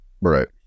Right